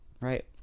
right